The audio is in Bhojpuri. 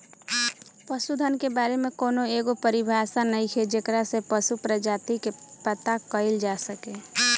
पशुधन के बारे में कौनो एगो परिभाषा नइखे जेकरा से पशु प्रजाति के पता कईल जा सके